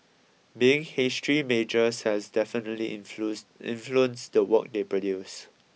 being history majors has definitely influence influenced the work they produce